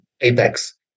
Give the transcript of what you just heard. apex